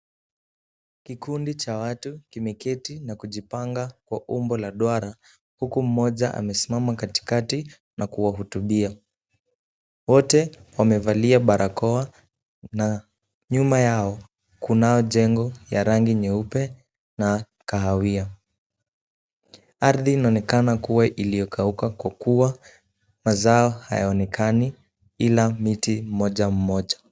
Kikundi Cha watu kimeketi na kujipanga kwa umbo la duara , huku mmoja amesimama katikati na kuwahutubia , wote wamevalia barakoa na nyuma yao kunao jengo ya rangi nyeupe na kahawia, ardhi inaonekana kua iliyokauka kwa kua mazao hayaonekani ila miti mmoja mmoja .